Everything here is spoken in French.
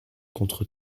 contre